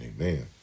Amen